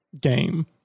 game